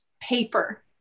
paper